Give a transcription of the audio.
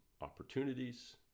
opportunities